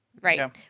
right